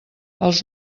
els